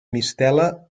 mistela